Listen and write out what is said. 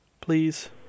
Please